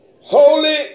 holy